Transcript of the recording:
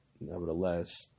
Nevertheless